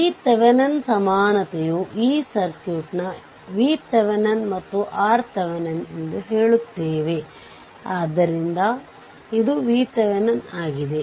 Thevenin ಸಮಾನವನ್ನು ಚಿತ್ರದಲ್ಲಿ ತೋರಿಸಲಾಗಿದೆ ಆದ್ದರಿಂದ ನೀವು ಅದನ್ನು ಪರಿಹರಿಸಿ